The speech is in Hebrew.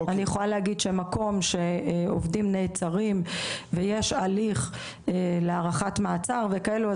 אני יכולה להגיד שמקום שעובדים נעצרים ויש הליך להארכת מעצר וכאלו,